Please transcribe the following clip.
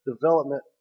development